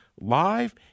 live